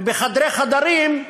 ובחדרי חדרים,